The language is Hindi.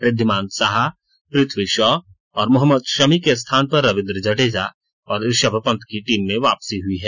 ऋद्विमान साहा पृथ्वी शॉ और मोहम्मद शमी के स्थान पर रविंद्र जडेजा और ऋषभ पंत की टीम में वापसी हुई है